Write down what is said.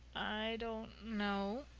i don't know.